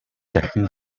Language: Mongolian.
дахин